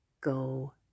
go